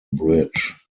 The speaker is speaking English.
bridge